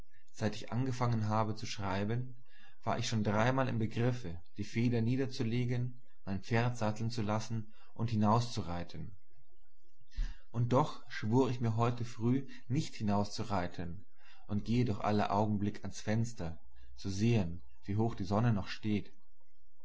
seit ich angefangen habe zu schreiben war ich schon dreimal im begriffe die feder niederzulegen mein pferd satteln zu lassen und hinauszureiten und doch schwur ich mir heute früh nicht hinauszureiten und gehe doch alle augenblick ans fenster zu sehen wie hoch die sonne noch steht